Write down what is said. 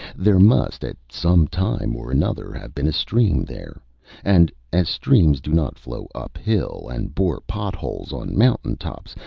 there must at some time or another have been a stream there and as streams do not flow uphill and bore pot-holes on mountain-tops,